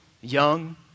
young